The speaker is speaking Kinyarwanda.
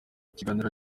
ikiganiro